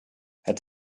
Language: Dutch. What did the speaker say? het